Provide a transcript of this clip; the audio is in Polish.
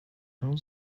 dał